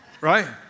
Right